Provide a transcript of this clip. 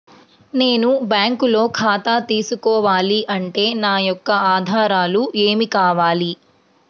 నేను బ్యాంకులో ఖాతా తీసుకోవాలి అంటే నా యొక్క ఆధారాలు ఏమి కావాలి?